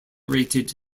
rated